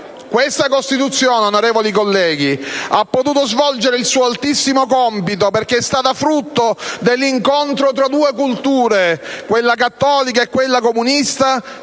Questa Costituzione, onorevoli colleghi, ha potuto svolgere il suo altissimo compito perché è stata frutto dell'incontro tra due culture, quella cattolica e quella comunista,